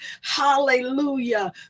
Hallelujah